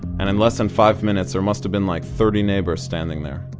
and in less than five minutes, there must've been like thirty neighbors standing there.